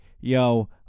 yo